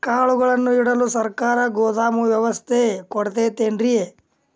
ಕಾಳುಗಳನ್ನುಇಡಲು ಸರಕಾರ ಗೋದಾಮು ವ್ಯವಸ್ಥೆ ಕೊಡತೈತೇನ್ರಿ?